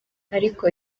ariko